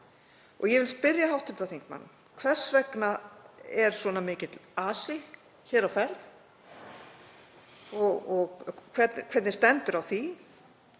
dag. Ég vil spyrja hv. þingmann: Hvers vegna er svona mikill asi hér á ferð? Hvernig stendur á því?